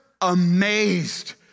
amazed